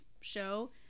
show